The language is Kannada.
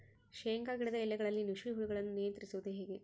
ಶೇಂಗಾ ಗಿಡದ ಎಲೆಗಳಲ್ಲಿ ನುಷಿ ಹುಳುಗಳನ್ನು ನಿಯಂತ್ರಿಸುವುದು ಹೇಗೆ?